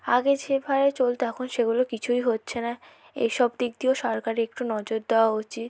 আগে যেভাবে চলতো এখন সেগুলো কিছুই হচ্ছে না এসব দিক দিয়েও সরকারের একটু নজর দেওয়া উচিত